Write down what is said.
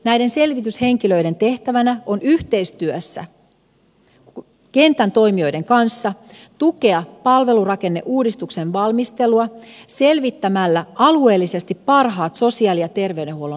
näiden selvityshenki löiden tehtävänä on yhteistyössä kentän toimijoiden kanssa tukea palvelurakenneuudistuksen valmistelua selvittämällä alueellisesti parhaat sosiaali ja terveydenhuollon ratkaisut